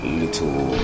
little